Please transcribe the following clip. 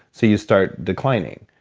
so you start declining